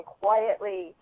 quietly